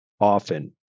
often